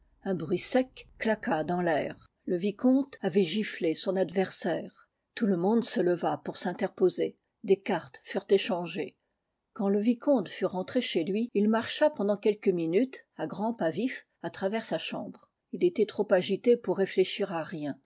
un bruit sec claqua dans l'air le vi comte avait cnçié son adversaire tout le o monde se leva pour s'mterposer des cartes furent échangées quand le vicomte fut rentré chez hii il marcha pendant quelques minutes à grands pas vifs à travers sa chambre il était trop agité pour réfléchir à rien